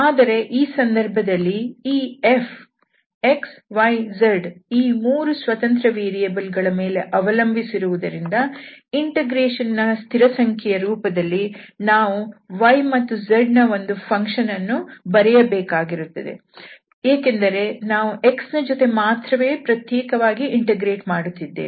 ಆದರೆ ಈ ಸಂದರ್ಭದಲ್ಲಿ ಈ f xyz ಈ 3 ಸ್ವತಂತ್ರ ವೇರಿಯಬಲ್ ಗಳ ಮೇಲೆ ಅವಲಂಬಿಸಿರುವುದರಿಂದ ಇಂಟಿಗ್ರೇಷನ್ ನ ಸ್ಥಿರಸಂಖ್ಯೆ ಯ ರೂಪದಲ್ಲಿ ನಾವು y ಮತ್ತು z ನ ಒಂದು ಫಂಕ್ಷನ್ ಅನ್ನು ಬರೆಯಬೇಕಾಗುತ್ತದೆ ಏಕೆಂದರೆ ನಾವು x ನ ಜೊತೆಗೆ ಮಾತ್ರವೇ ಪ್ರತ್ಯೇಕವಾಗಿ ಇಂಟಿಗ್ರೇಟ್ ಮಾಡುತ್ತಿದ್ದೇವೆ